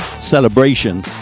celebration